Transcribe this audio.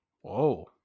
Whoa